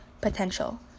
potential